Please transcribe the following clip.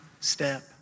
step